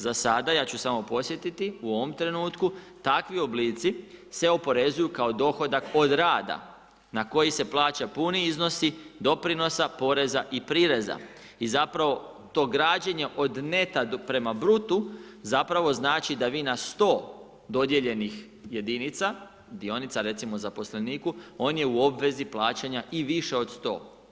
Za sada, ja ću samo podsjetiti, u ovom trenutku, takvi oblici, se oporezuju kao dohodak od rada na koji se plaća puni iznosi, doprinosa, poreza i prireza i zapravo, to građenje neta prema brutu zapravo znači, da vi na 100 dodijeljenih jedinica, dionica recimo zaposleniku, on je u obvezi plaćanja i više od 100.